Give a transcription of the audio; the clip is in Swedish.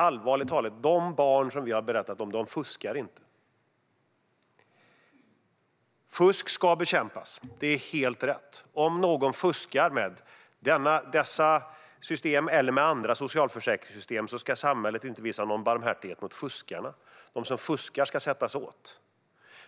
Allvarligt talat: De barn som vi har berättat om fuskar inte. Fusk ska bekämpas; det är helt rätt. Om någon fuskar med dessa system eller med andra socialförsäkringssystem ska samhället inte visa någon barmhärtighet mot fuskarna. De som fuskar ska sättas åt.